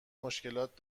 مشکلات